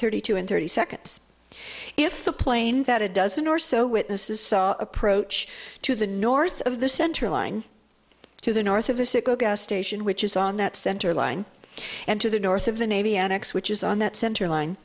thirty two and thirty seconds if the plane that a dozen or so witnesses saw approach to the north of the centerline to the north of us to go gas station which is on that center line and to the north of the navy annex which is on that center line